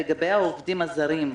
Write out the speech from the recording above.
לגבי העובדים הזרים.